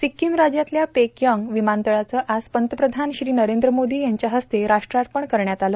सिक्कीम राज्यातल्या पेकयाँग विमानतळाचं आज पंतप्रधान श्री नरेंद्र मोदी यांच्या हस्ते राष्ट्रार्पण करण्यात आलं